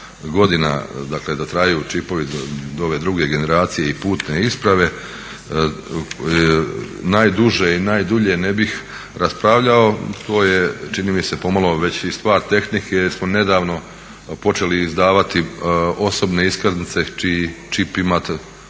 godina da traju čipovi do ove druge generacije i putne isprave, najduže i najdulje ne bih raspravljalo. To je čini mi se pomalo već i stvar tehnike jer smo nedavno počeli izdavati osobne iskaznice čiji čip ima